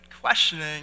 questioning